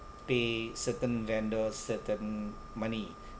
pay certain vendor certain money